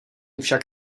však